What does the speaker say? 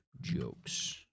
jokes